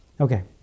Okay